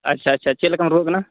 ᱟᱪᱪᱷᱟ ᱟᱪᱪᱷᱟ ᱪᱮᱫ ᱞᱮᱠᱟᱢ ᱨᱩᱣᱟᱹᱜ ᱠᱟᱱᱟ